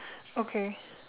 okay